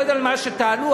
מה שתעלו,